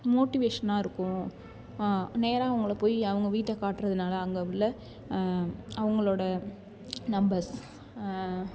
மோட்டிவேசனாக இருக்கும் நேராக அவங்கள போய் அவங்க வீட்டை காட்டுறதுனால அங்கே உள்ள அவங்களோட நம்பர்ஸ்